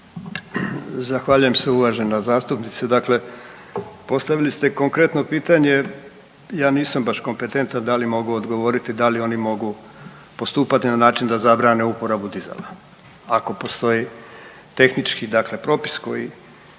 Zahvaljujem se uvažena zastupnice. Dakle, postavili ste konkretno pitanje. Ja nisam baš kompetentan da li mogu odgovoriti da li oni mogu postupati na način da zabrane uporabu dizala, ako postoji tehnički dakle propis koji